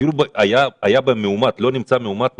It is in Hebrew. אפילו שהיה בהם מאומת לא נמצא מאומת נוסף,